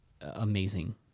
Amazing